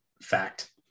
Fact